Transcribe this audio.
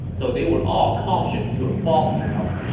so they were all cautious to a fault now.